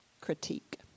critique